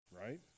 right